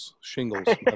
shingles